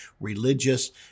religious